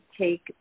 take